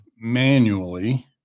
manually